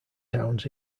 towns